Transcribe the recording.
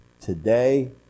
today